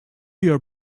your